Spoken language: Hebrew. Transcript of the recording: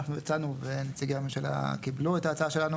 אנחנו הצענו ונציגי הממשלה קיבלו את ההצעה שלנו,